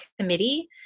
committee